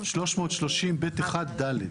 סעיף 330ג(1)(ד).